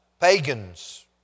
Pagans